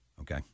okay